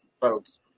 folks